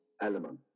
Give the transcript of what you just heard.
elements